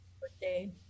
birthday